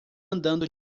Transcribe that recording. andando